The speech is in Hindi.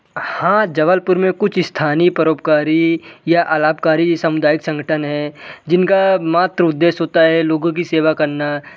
हाँ जबलपुर में कुछ स्थानीय परोपकारी या अलापकरी सामुदायिक संगठन हैं जिनका मात्र उद्देश्य होता है लोगों की सेवा करना